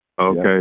Okay